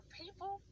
people